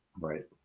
right